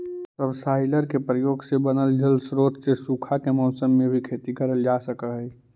subsoiler के प्रयोग से बनल जलस्रोत से सूखा के मौसम में भी खेती करल जा सकऽ हई